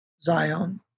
Zion